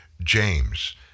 James